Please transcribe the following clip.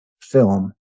film